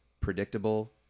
predictable